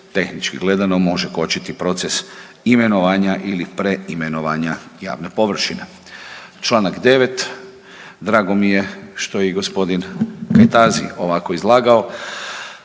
tehnički gledano, može kočiti proces imenovanja ili preimenovanja javne površine. Čl. 9, drago mi je što je i g. Kajtazi ovako izlagao.